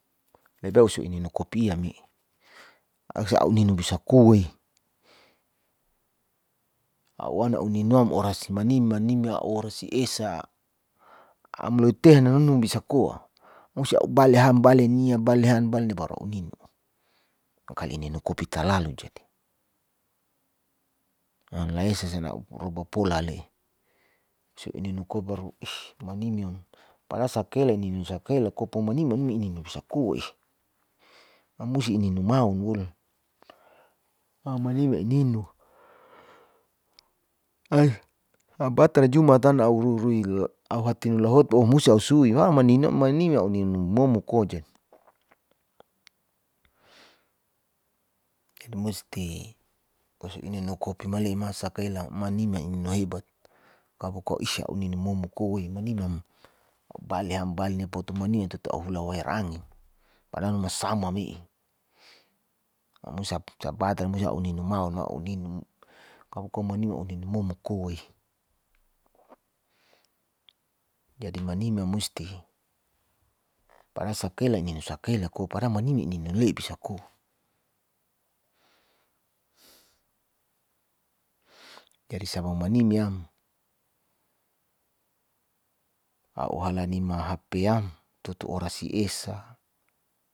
lebai osu ininu kopiam mi, a'u ninu bisa koa ee, a'u an a'u ninu'am orasi manimyam a'u orasi esa am loiteh nononum bisa koa, musi a'u bale ham, bale nia, bale ham, bale nia, bale ham baru a'u ninun mangkali ininu kopi talalu jadi. an laesa a'u ruba pola ale, se ininu kopi baru maniyam padahal sakele ininu sakele kopo mani menim ininu bisa koa eh, amusi ininu maounwol mamanim ininu abatara jumat tan a'u rui-rui auhati nula hotba oh musi a'u sui mamanina manimya a'u ninu momo koa jadi jadi musti ininu kopi male'e masa kela manima ininu hebat, kaboko is a'u ninu momo koa ee manimam a'u bale ham, bale nia poto manimam tutu a'u hula wayar angin padahal masama me'e sabanta musi a'u ninu maon mao mauninu kapoko manima a'u ninu momo koa eeh. jadi manima musti, padahal sakela ininu sakela ko padahal manime inin manle'e bisa koa jadi saba manimeyam a'u halanima hpyam tutu orasi esa.